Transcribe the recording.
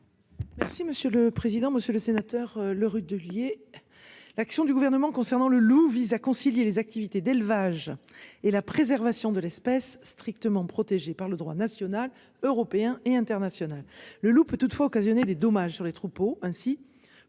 Merci monsieur le président, Monsieur le Sénateur Le Rudulier. L'action du gouvernement concernant le loup vise à concilier les activités d'élevage et la préservation de l'espèce, strictement protégée par le droit national, européen et international. Le loup peut toutefois occasionner des dommages sur les troupeaux